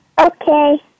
Okay